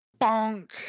bonk